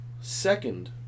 second